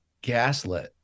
gaslit